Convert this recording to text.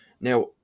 now